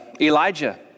Elijah